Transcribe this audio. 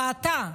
ואתה,